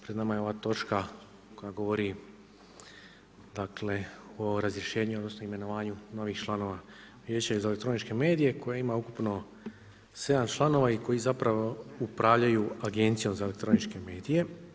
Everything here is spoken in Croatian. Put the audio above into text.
Pred nama je ova točka koja govori o razrješenju odnosno imenovanju novih članova Vijeća za elektroničke medije koja ima ukupno sedam članova i koji zapravo upravljaju Agencijom za elektroničke medije.